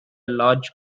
large